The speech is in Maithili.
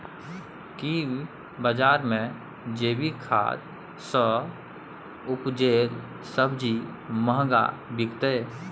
की बजार मे जैविक खाद सॅ उपजेल सब्जी महंगा बिकतै?